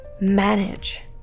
manage